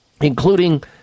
including